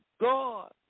God